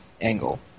angle